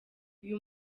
uyu